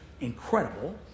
incredible